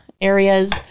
areas